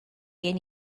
gen